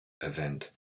event